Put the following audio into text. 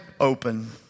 open